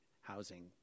housing